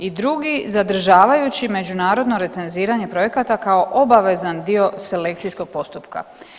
I drugi zadržavajući međunarodno recenziranje projekata kao obavezan dio selekcijskog postupka.